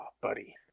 buddy